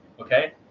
okay